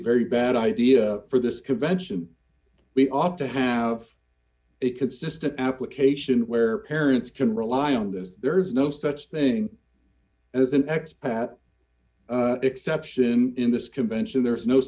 very bad idea for this convention we ought to have a consistent application where parents can rely on this there is no such thing as an ex pat exception in this convention there is no